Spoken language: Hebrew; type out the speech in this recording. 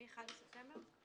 מ-1 בספטמבר?